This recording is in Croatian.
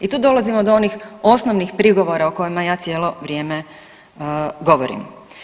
I tu dolazimo do onih osnovnih prigovora o kojima ja cijelo vrijeme govorim.